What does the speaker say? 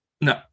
No